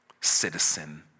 citizen